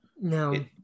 no